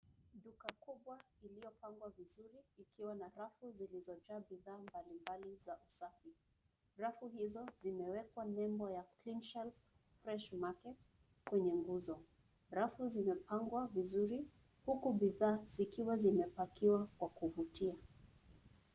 Duka kubwa iliyopangwa vizuri ikiwa na rafu zilizojaa bidhaa mbalimbali za usafi. Rafu hizo zimewekwa nembo ya Clenashelf freshmarket kwenye nguzo. Rafu zimepangwa vizuri huku bidhaa zikiwa zimepakiwa kwa kuvutia.